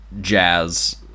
jazz